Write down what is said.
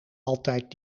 altijd